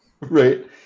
Right